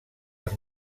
els